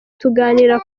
tuganira